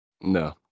No